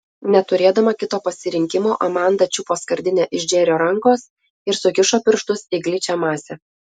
neturėdama kito pasirinkimo amanda čiupo skardinę iš džerio rankos ir sukišo pirštus į gličią masę